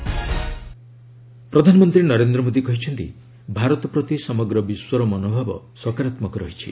PM ପ୍ରଧାନମନ୍ତ୍ରୀ ନରେନ୍ଦ୍ର ମୋଦୀ କହିଛନ୍ତି ଭାରତ ପ୍ରତି ସମଗ୍ର ବିଶ୍ୱର ମନୋଭାବ ସକାରାତ୍ମକ ରହିଛି